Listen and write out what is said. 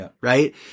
right